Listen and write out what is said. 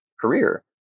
career